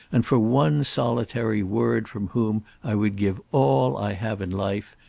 and for one solitary word from whom i would give all i have in life,